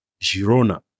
Girona